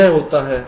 तो यह होता है